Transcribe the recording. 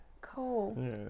Cool